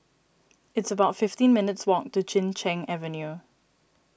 it's about fifteen minutes' walk to Chin Cheng Avenue